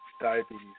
Diabetes